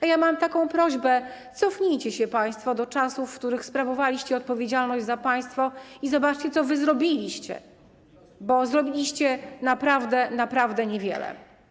A ja mam taką prośbę: cofnijcie się państwo do czasów, w których sprawowaliście odpowiedzialność za państwo, i zobaczcie, co wy zrobiliście, bo zrobiliście naprawdę, naprawdę niewiele.